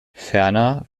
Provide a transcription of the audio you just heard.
ferner